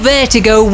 Vertigo